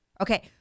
Okay